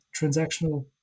transactional